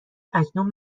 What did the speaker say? اکنون